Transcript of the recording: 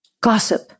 Gossip